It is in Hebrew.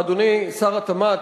ואדוני שר התמ"ת,